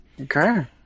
Okay